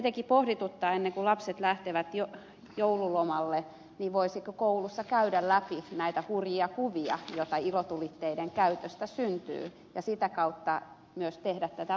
tietenkin pohdituttaa ennen kuin lapset lähtevät joululomalle voisiko koulussa käydä läpi näitä hurjia kuvia joita ilotulitteiden käytöstä syntyy ja sitä kautta myös tehdä tätä valistustyötä